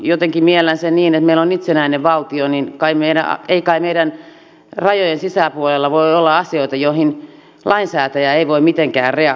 jotenkin miellän sen niin että kun meillä on itsenäinen valtio niin ei kai meidän rajojen sisäpuolella voi olla asioita joihin lainsäätäjä ei voi mitenkään reagoida